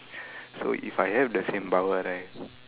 so if I have the same power right